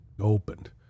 opened